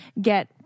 Get